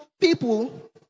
people